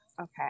okay